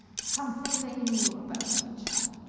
something they knew about each other,